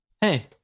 Hey